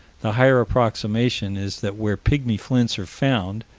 the higher approximation is that where pygmy flints are found,